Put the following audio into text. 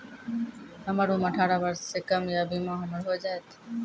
हमर उम्र अठारह वर्ष से कम या बीमा हमर हो जायत?